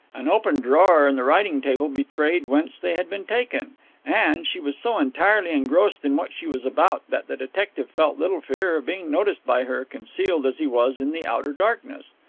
an open drawer in the writing-table betrayed whence they had been taken and she was so entirely engrossed in what she was about that the detective felt little fear of being noticed by her, concealed as he was in the outer darkness.